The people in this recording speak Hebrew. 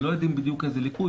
הם לא יודעים בדיוק איזה ליקוי,